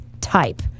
type